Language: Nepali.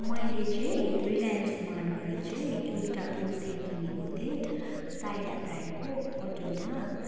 मैले चाहिँ रिलायन्स माटबाट चाहिँ एउटा कुर्ती किनेको थिएँ साइला ब्रान्डको कटनमा